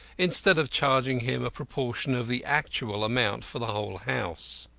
instead of charging him a proportion of the actual account for the whole house.